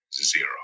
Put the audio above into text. zero